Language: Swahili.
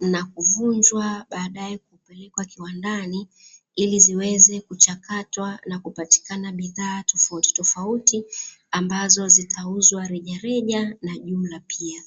na kuvunjwa baadaye kupelekwa kiwandani, ili ziweze kuchakatwa na kupatikana bidhaa tofauti tofauti, ambazo zitauzwa rejareja na jumla pia.